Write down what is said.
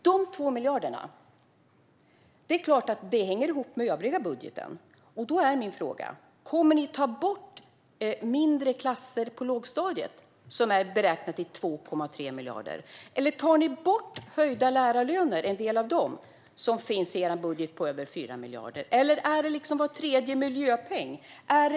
Det är klart att dessa 2 miljarder hänger ihop med den övriga budgeten, och då blir min fråga: Kommer ni att ta bort mindre klasser på lågstadiet, som beräknas till 2,3 miljarder? Eller tar ni bort höjda lärarlöner eller en del av dem, som finns i er budget på över 4 miljarder? Eller är det var tredje miljöpeng som ni ska ta bort?